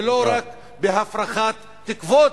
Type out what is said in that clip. ולא רק בהפרחת תקוות,